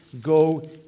go